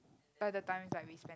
other times like we spend